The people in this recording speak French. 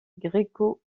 gréco